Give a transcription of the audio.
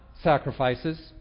sacrifices